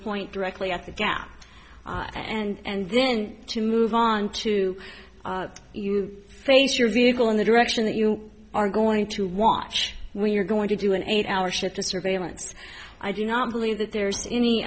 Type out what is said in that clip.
point directly at the gap and then to move on to you place your vehicle in the direction that you are going to watch when you're going to do an eight hour shift a surveillance i do not believe that there's any